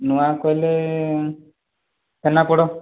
ନୂଆଁ କହିଲେ ଛେନାପୋଡ଼